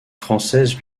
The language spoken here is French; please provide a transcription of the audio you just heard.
française